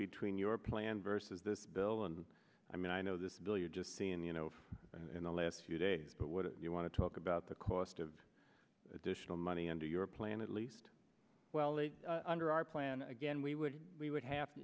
between your plan versus this bill and i mean i know this bill you're just seeing the you know in the last few days but what you want to talk about the cost of additional money under your plan at least under our plan again we would we would have to